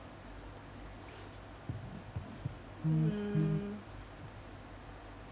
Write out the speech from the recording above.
mm